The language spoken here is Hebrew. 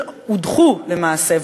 הודחו למעשה,